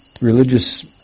religious